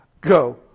Go